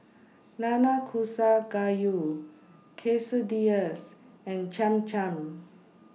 Nanakusa Gayu Quesadillas and Cham Cham